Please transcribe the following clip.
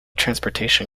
transportation